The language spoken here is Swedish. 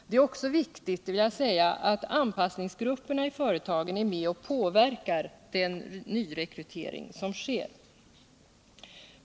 Det är också viktigt att anpassningsgrupperna i företagen är med och påverkar den nyrekrytering som sker.